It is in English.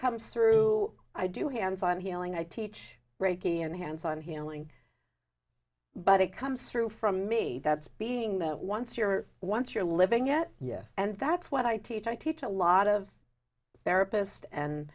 comes through i do hands on healing i teach reiki and hands on handling but it comes through from me that's being that once you're once you're living yet yes and that's what i teach i teach a lot of therapist and